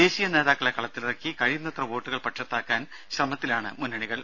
ദേശീയ നേതാക്കളെ കളത്തിലിറക്കി കഴിയുന്നത്ര വോട്ടുകൾ പക്ഷത്താക്കാൻ ശ്രമത്തിലാണ് മുന്നണികൾ